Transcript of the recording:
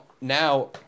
now